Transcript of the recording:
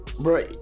Bro